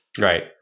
Right